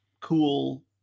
cool